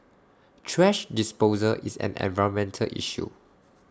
thrash disposal is an environmental issue